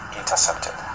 intercepted